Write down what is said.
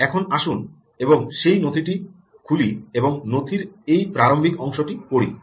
এখন আসুন এবং সেই নথিটি খুলি এবং নথির এই প্রারম্ভিক অংশটি পড়ি